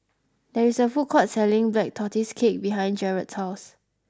there is a food court selling Black Tortoise cake behind Garett's house